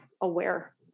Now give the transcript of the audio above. aware